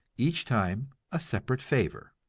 each time a separate favor.